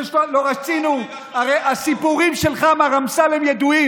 לא רציתם להעלות את זה.